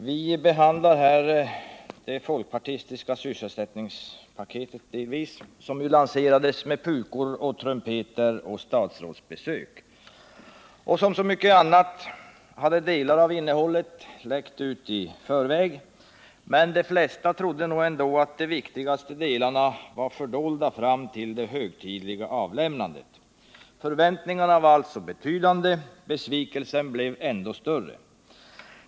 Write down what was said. Herr talman! Vi behandlar nu det folkpartistiska sysselsättningspaket som lanserades med pukor och trumpeter och statsrådsbesök. Som i så många andra fall hade delar av innehållet läckt ut i förväg, men de flesta trodde nog ändå att de viktigaste delarna var fördolda fram till det högtidliga avlämnandet. Förväntningarna var alltså betydande. Besvikelsen blev ännu större.